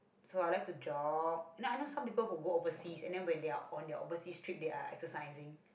so I like to jog and I know some people who go overseas and then they are on their overseas trip they are exercising